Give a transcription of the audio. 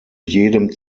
jedem